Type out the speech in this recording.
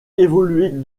évoluer